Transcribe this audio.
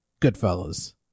Goodfellas